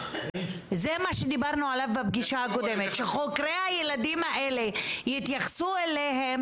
זה מה שדיברנו עליו בפגישה הקודמת ושחוקרי הילדים האלה יתייחסו אליהם